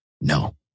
No